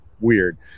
weird